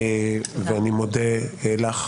אני מודה לך,